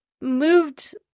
moved